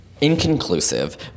Inconclusive